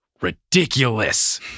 ridiculous